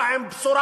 והוא בא עם בשורה: